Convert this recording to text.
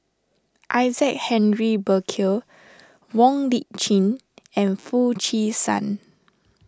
Isaac Henry Burkill Wong Lip Chin and Foo Chee San